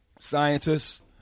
scientists